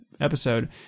episode